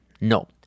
No